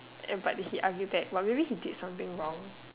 and but he argue back but maybe he did something wrong